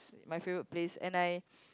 my favourite place and I